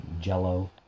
jello